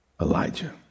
Elijah